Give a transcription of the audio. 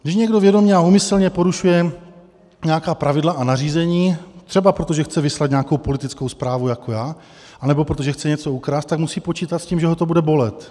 Když někdo vědomě a úmyslně porušuje nějaká pravidla a nařízení, třeba proto, že chce vyslat nějakou politickou zprávu jako já, anebo proto, že chce něco ukrást, tak musí počítat s tím, že ho to bude bolet.